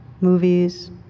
movies